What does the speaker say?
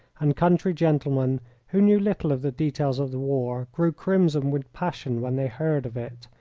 and country gentlemen who knew little of the details of the war grew crimson with passion when they heard of it,